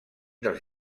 dels